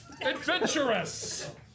adventurous